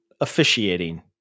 officiating